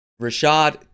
Rashad